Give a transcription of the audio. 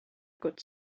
good